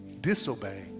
disobey